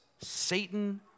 Satan